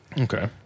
Okay